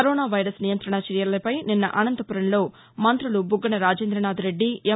corona virus నియంతణ చర్యలపై నిన్న అనంతపురంలో మంత్రులు బుగ్గన రాజేంద్రనాథ్రెద్ది ఎం